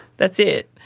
that's it.